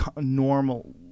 normal